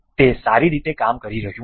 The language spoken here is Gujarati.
તે સારી રીતે કામ કરી રહ્યું છે